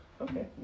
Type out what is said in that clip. Okay